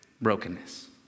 brokenness